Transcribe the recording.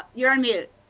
um you are on mute.